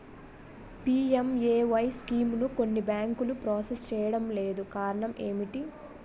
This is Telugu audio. పి.ఎం.ఎ.వై స్కీమును కొన్ని బ్యాంకులు ప్రాసెస్ చేయడం లేదు కారణం ఏమిటి?